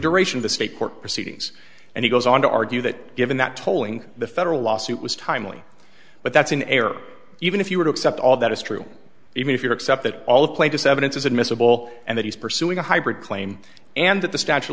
duration of the state court proceedings and he goes on to argue that given that tolling the federal lawsuit was time really but that's an error even if you were to accept all that is true even if you accept that all the plaintiffs evidence is admissible and that he's pursuing a hybrid claim and that the statue of